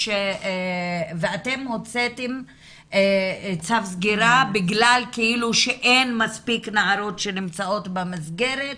אתם הוצאתם צו סגירה בגלל שכאילו אין מספיק נערות שנמצאות במסגרת.